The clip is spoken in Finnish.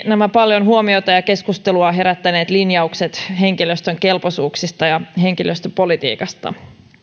nämä paljon huomiota ja keskustelua herättäneet linjaukset henkilöstön kelpoisuuksista ja henkilöstöpolitiikasta